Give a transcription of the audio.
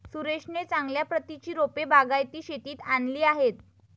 सुरेशने चांगल्या प्रतीची रोपे बागायती शेतीत आणली आहेत